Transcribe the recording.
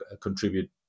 contribute